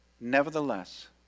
Nevertheless